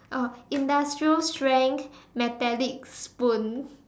oh industrial strength metallic spoon